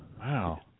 Wow